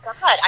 God